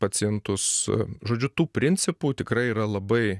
pacientus žodžiu tų principų tikrai yra labai